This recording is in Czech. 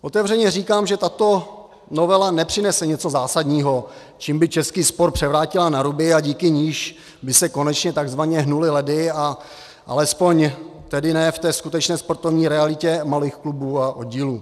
Otevřeně říkám, že tato novela nepřinese něco zásadního, čím by český sport převrátila na ruby, a díky níž by se konečně tzv. hnuly ledy, a alespoň tedy ne v té skutečné sportovní realitě malých klubů a oddílů.